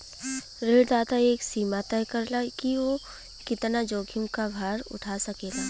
ऋणदाता एक सीमा तय करला कि उ कितना जोखिम क भार उठा सकेला